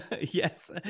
Yes